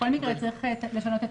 בכל מקרה צריך לשנות את